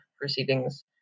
proceedings